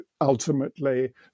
ultimately